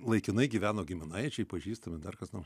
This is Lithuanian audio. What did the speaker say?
laikinai gyveno giminaičiai pažįstami dar kas nors